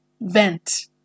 vent